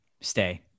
stay